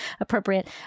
appropriate